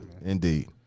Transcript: indeed